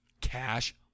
cash